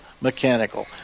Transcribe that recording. Mechanical